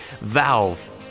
Valve